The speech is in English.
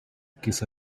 kiss